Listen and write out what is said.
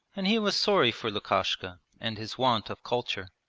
and he was sorry for lukashka and his want of culture.